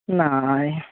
না